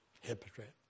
Hypocrite